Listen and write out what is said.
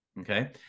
Okay